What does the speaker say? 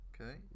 Okay